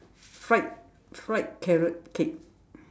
fried fried carrot cake